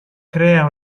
crea